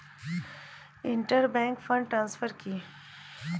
Inter bank fund transfer কি?